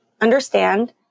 understand